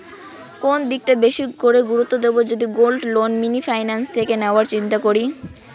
কোন দিকটা বেশি করে গুরুত্ব দেব যদি গোল্ড লোন মিনি ফাইন্যান্স থেকে নেওয়ার চিন্তা করি?